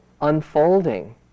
unfolding